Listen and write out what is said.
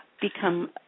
become